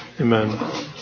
Amen